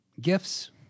gifts